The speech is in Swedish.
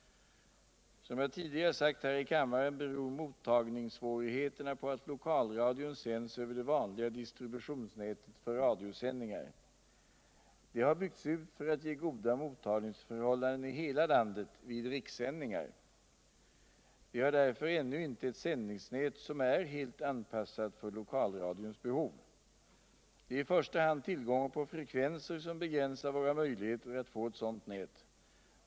Som jag udigare sagt här 1 kammaren beror mottagningssvårigheterna på att lokalradion sänds över det vanliga distributionsniätet för radiosändningar. Det har byggts ut för att ge goda mottagningsförhållanden i hela landet vid rikssändningar. Vi har därför ännu inte ett sändningsnät som är helt anpassat för lokalradions behov. Det är i första hand tillgången på frekvenser som begränsar våra möjligheter att få eu sådant nät.